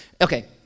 okay